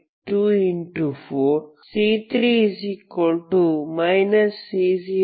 4 C3 C02